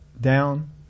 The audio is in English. down